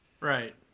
Right